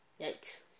Yikes